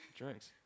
drinks